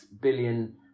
billion